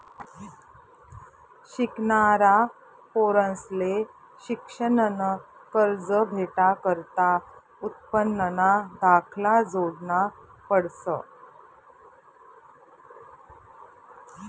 शिकनारा पोरंसले शिक्शननं कर्ज भेटाकरता उत्पन्नना दाखला जोडना पडस